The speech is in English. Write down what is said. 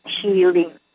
healing